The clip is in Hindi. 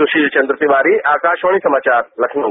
सुशील चंद्र तिवारी आकाशवाणी समाचारलखनऊ